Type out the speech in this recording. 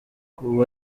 ubu